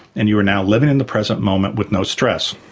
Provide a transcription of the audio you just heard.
and you are now living in the present moment with no stress.